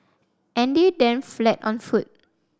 Andy then fled on foot